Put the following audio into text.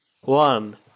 one